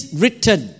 written